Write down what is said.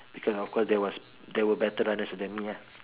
because of course there was there were better runners than me lah